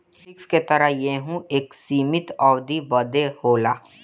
fix के तरह यहू एक सीमित अवधी बदे होला